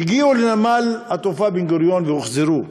הגיעו לנמל-התעופה בן-גוריון והוחזרו,